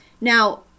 Now